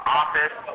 office